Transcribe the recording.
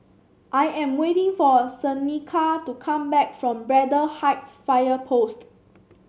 I am waiting for Seneca to come back from Braddell Heights Fire Post